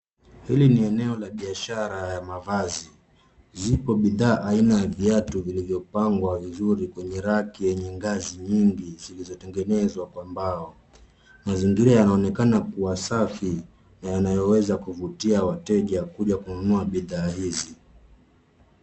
Hili ni eneo la biashara ya mavazi. Zipo bidhaa aina ya viatu vilivyo pangwa vizuri kwenye raki yenye ngazi nyingi zilizo tengenezwa kwa mbao. Mazingira yanaonekana kuwa safi na yanayoweza kuvutia wateja kuja kununua bidhaa hizi.